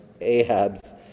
Ahab's